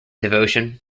devotion